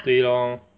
对 lor